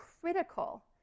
critical